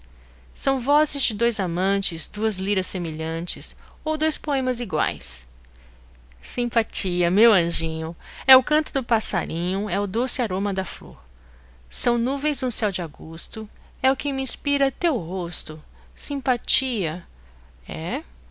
são vozes de dois amantes duas liras semelhantes ou dois poemas iguais simpatia meu anjinho é o canto do passarinho é o doce aroma da flor são nuvens dum céu dagosto é o que minspira teu rosto simpatia é